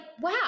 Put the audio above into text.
wow